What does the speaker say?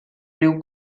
riu